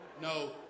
No